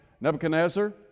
Nebuchadnezzar